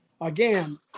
Again